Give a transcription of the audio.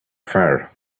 far